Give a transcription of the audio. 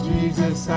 Jesus